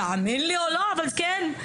תאמין לי או לא, אבל כן.